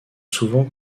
souvent